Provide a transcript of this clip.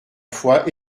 fois